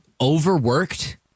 overworked